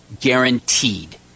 guaranteed